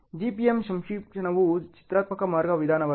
GPM ಸಂಕ್ಷೇಪಣವು ಚಿತ್ರಾತ್ಮಕ ಮಾರ್ಗ ವಿಧಾನವಾಗಿದೆ